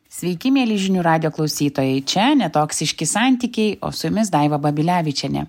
sveiki mieli žinių radijo klausytojai čia netoksiški santykiai o su jumis daiva babilevičienė